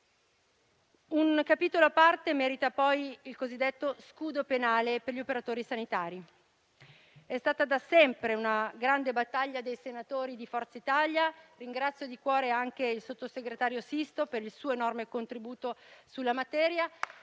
Un capitolo a parte merita poi il cosiddetto scudo penale per gli operatori sanitari, da sempre una grande battaglia dei senatori di Forza Italia. Ringrazio di cuore il sottosegretario Sisto per il suo enorme contributo sulla materia